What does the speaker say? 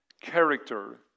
character